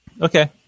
okay